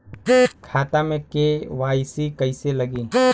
खाता में के.वाइ.सी कइसे लगी?